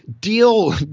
deal